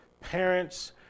parents